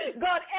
God